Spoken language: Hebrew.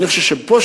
אני חושב שפה,